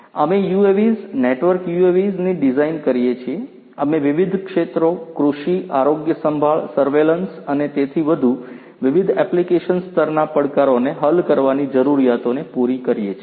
અમે UAVs network UAVs ની design કરીએ છીએ અમે વિવિધ ક્ષેત્રો કૃષિ આરોગ્યસંભાળ સર્વેલન્સ અને તેથી વધુ વિવિધ એપ્લિકેશન સ્તરના પડકારોને હલ કરવાની જરૂરિયાતોને પૂરી કરીએ છીએ